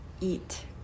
eat